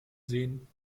sehen